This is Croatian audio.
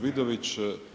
Vidović.